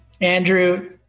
Andrew